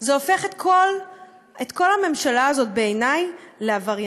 זה הופך את כל הממשלה הזאת, בעיני, לעבריינית.